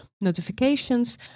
notifications